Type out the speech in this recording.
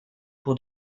pour